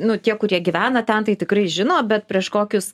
nu tie kurie gyvena ten tai tikrai žino bet prieš kokius